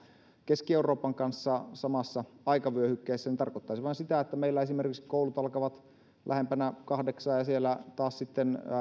keski euroopan kanssa samassa aikavyöhykkeessä tarkoittaisi vain sitä että meillä esimerkiksi koulut alkaisivat lähempänä kahdeksaa ja taas sitten siellä